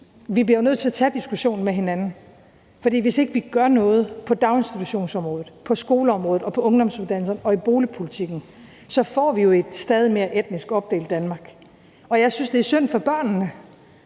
vi bliver jo nødt til at tage diskussionen med hinanden, for hvis ikke vi gør noget på daginstitutionsområdet, på skoleområdet, på ungdomsuddannelserne og i boligpolitikken, så får vi jo et stadig mere etnisk opdelt Danmark. Og jeg synes, det er synd for børnene,